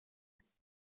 است